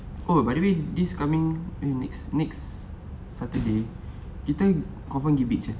oh by the way this coming next next saturday kita confirm pergi beach eh